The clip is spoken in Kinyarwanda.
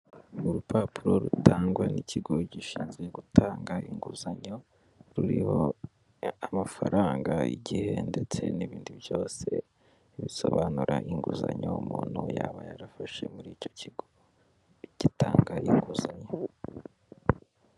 Urupapuro rutangwa n'ikigo gishinzwe gutanga inguzanyo, ruriho amafaranga, igihe, ndetse n'ibindi byose bisobanura inguzanyo umuntu yaba yarafashe muri icyo kigo gitanga inguzanyo.